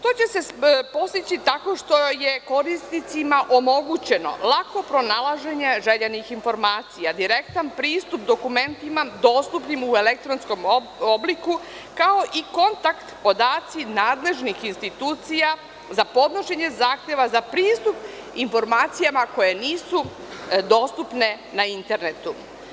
To će se postići tako što je korisnicima omogućeno lako pronalaženje željenih informacija, direktan pristup dokumentima dostupnim u elektronskom obliku kao i kontakt podaci nadležnih institucija za podnošenje zahteva za pristup informacijama koje nisu dostupne na internetu.